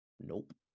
nope